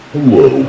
Hello